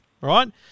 right